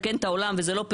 אתה מדבר על